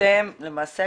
אתם למעשה,